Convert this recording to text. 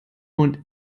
und